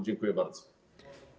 Dziękuję bardzo.